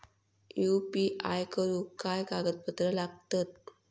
UPI करुक काय कागदपत्रा लागतत?